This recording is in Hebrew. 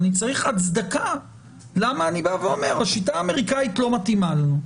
ואני צריך הצדקה למה אני אומר שהשיטה האמריקנית לא מתאימה לנו.